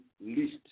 list